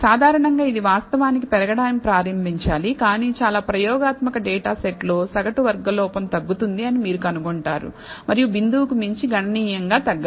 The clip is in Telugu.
సాధారణంగా ఇది వాస్తవానికి పెరగడం ప్రారంభించాలి కాని చాలా ప్రయోగాత్మక డేటా సెట్ లో సగటు వర్గం లోపం తగ్గుతుంది అని మీరు కనుగొంటారు మరియు బిందువుకు మించి గణనీయంగా తగ్గదు